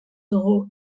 dugu